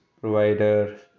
provider